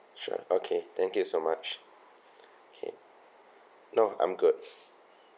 sure okay thank you so much okay no I'm good